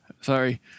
sorry